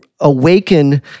awaken